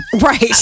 Right